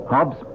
Hobbs